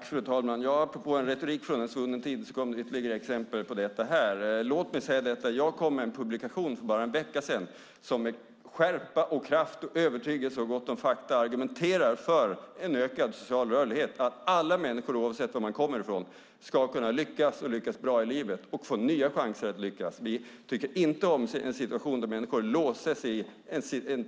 Fru talman! Apropå en retorik från en svunnen tid kom det ytterligare exempel på det här. Jag kom med en publikation för bara en vecka sedan som med skärpa, kraft, övertygelse och gott om fakta argumenterar för en ökad social rörlighet. Alla människor oavsett var de kommer ifrån ska kunna lyckas bra i livet och få nya chanser i livet. Vi tycker inte om en situation där människor låses i